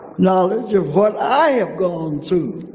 knowledge of what i have gone through.